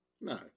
no